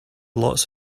lots